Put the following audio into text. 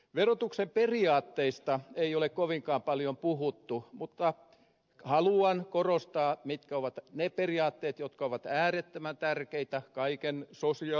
verotuksen periaatteista ei ole kovinkaan paljon puhuttu mutta haluan korostaa mitkä ovat ne periaatteet jotka ovat äärettömän tärkeitä kaiken suosio